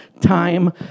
time